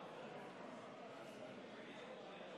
חברי הכנסת,